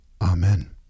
Amen